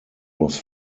was